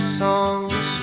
songs